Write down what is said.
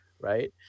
right